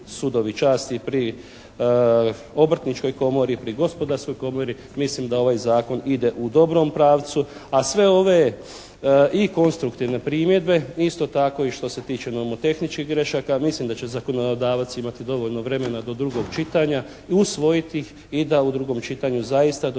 sudovi časti pri Obrtničkoj komori, pri Gospodarskoj komori mislim da ovaj Zakon ide u dobrom pravcu, a sve ove i konstruktivne primjedbe, isto tako i što se tiče nomotehničkih grešaka mislim da će zakonodavac imati dovoljno vremena do drugog čitanja usvojiti ih i da u drugom čitanju donesemo